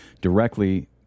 directly